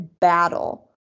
battle